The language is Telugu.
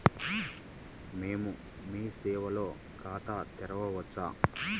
మేము మీ సేవలో ఖాతా తెరవవచ్చా?